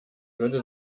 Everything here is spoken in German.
würde